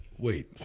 Wait